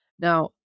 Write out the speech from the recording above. Now